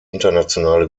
internationale